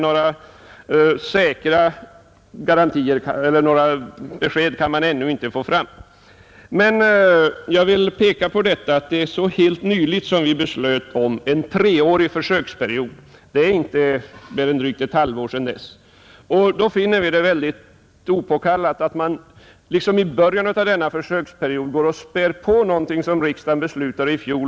Några säkra besked kan man emellertid ännu inte få fram i det fallet. Eftersom vi så nyligen beslöt om denna treåriga försöksperiod, det är inte mer än drygt ett halvår sedan, finner jag det helt opåkallat att vi nu i början av denna försöksperiod späder på vad riksdagen beslöt om i fjol.